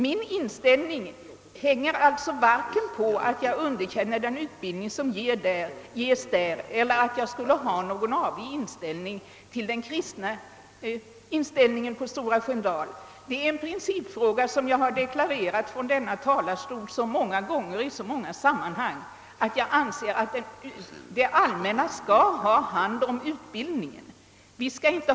Min ståndpunkt beror alltså varken på att jag underkänner den utbildning som ges vid Stora Sköndal eller att jag skulle betrakta den kristna inställningen vid Stora Sköndal som en negativ sak. Det gäller här i stället en principfråga. Jag har så många gånger förut i olika sammanhang från denna talarstol deklarerat att enligt min mening det allmänna bör ha hand om utbildningen i vårt land.